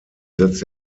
setzt